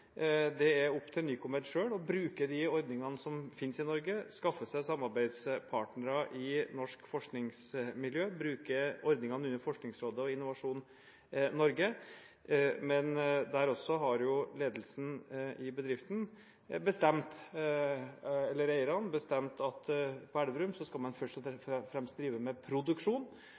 Det er opp til Nycomed selv å bruke de ordningene som finnes i Norge, skaffe seg samarbeidspartnere i norsk forskningsmiljø, bruke ordningene under Forskningsrådet og Innovasjon Norge. Men der også har ledelsen i bedriften bestemt, eller eierne, at på Elverum skal man først og fremst drive med produksjon